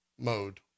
mode